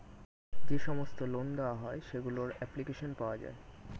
যে সমস্ত লোন দেওয়া হয় সেগুলোর অ্যাপ্লিকেশন পাওয়া যায়